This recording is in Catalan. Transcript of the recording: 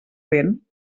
vent